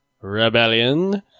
Rebellion